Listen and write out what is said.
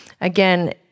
again